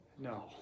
No